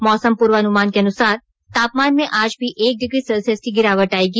मौसम पूर्वानुमान के अनुसार तापमान में आज भी एक डिग्री सेल्सियस की गिरावट आयेगी